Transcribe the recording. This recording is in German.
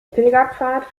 pilgerpfad